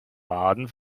baden